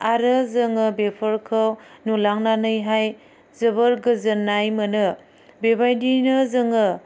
आरो जोङो बेफोरखौ नुलांनानैहाय जोबोर गोजोन्नाय मोनो बेबायदियैनो जोङो